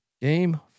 game